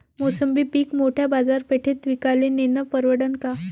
मोसंबी पीक मोठ्या बाजारपेठेत विकाले नेनं परवडन का?